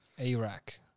Iraq